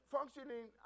Functioning